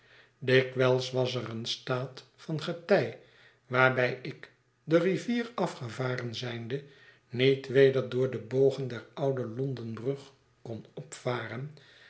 dikwijls was er een staat van getij waarbij ik de rivier afgevaren zijnde niet wederdoor de bogen der oude londen brug kon opvaren